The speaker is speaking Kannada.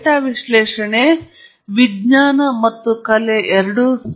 ಡೇಟಾ ವಿಶ್ಲೇಷಣೆ ಆದ್ದರಿಂದ ವಿಜ್ಞಾನ ಮತ್ತು ಕಲೆ ಎರಡೂ